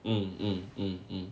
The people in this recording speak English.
mm mm mm mm